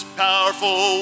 powerful